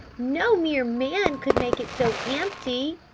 no mere man could make it so empty.